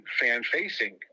fan-facing